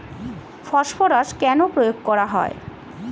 Phosphorus কেন প্রয়োগ করা হয়?